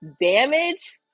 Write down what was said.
Damage